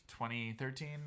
2013